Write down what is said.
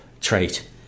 trait